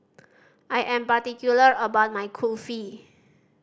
I am particular about my Kulfi